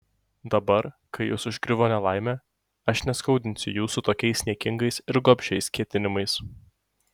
dabar kai jus užgriuvo nelaimė aš neskaudinsiu jūsų tokiais niekingais ir gobšiais ketinimais